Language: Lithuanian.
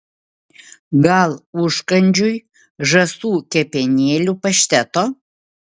gal užkandžiui žąsų kepenėlių pašteto